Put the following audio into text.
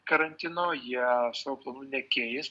karantino jie savo planų nekeis